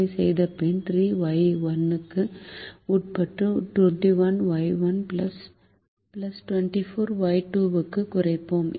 இதைச் செய்தபின் 3Y1 க்கு உட்பட்டு 21Y1 24Y2 ஐக் குறைப்போம்